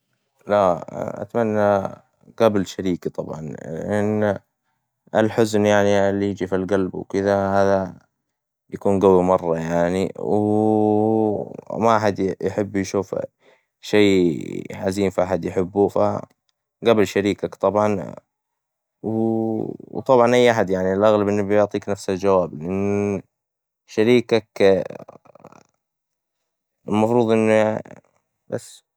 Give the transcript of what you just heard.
لا أتمنى قبل شريكي طبعاً، لأن الحزن يعني إللي يجي في القلب وكدا، هذا يكون قوي مرة يعني، و ماحد يحب يشوف يعني شي حزين في حد يحبه، فقبل شريكك طبعاً، و طبعاً أي أحد الاغلب إنه بيعطيك نفس الجواب، لان شريكك المفروظ انه يع- بس.